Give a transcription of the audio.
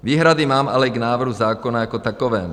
Výhrady mám ale k návrhu zákona jako takovému.